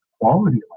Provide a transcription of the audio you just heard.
quality